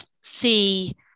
see